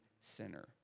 sinner